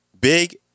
Big